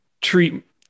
treat